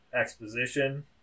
exposition